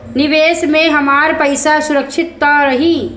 निवेश में हमार पईसा सुरक्षित त रही?